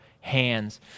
hands